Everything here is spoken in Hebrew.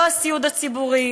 לא הסיעוד הציבורי,